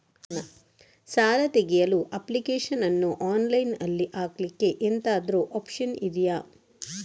ಸಾಲ ತೆಗಿಯಲು ಅಪ್ಲಿಕೇಶನ್ ಅನ್ನು ಆನ್ಲೈನ್ ಅಲ್ಲಿ ಹಾಕ್ಲಿಕ್ಕೆ ಎಂತಾದ್ರೂ ಒಪ್ಶನ್ ಇದ್ಯಾ?